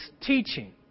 teaching